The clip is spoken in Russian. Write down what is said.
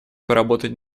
поработать